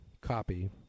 copy